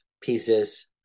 pieces